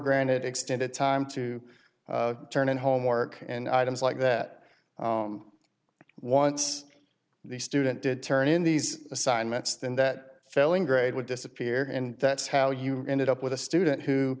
granted extended time to turn in homework and items like that once the student did turn in these assignments then that failing grade would disappear and that's how you ended up with a student who